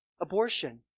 Abortion